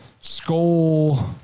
Skull